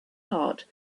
heart